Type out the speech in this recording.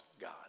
God